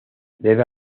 debe